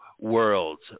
Worlds